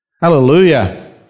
Hallelujah